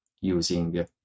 using